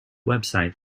website